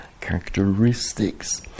characteristics